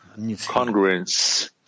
congruence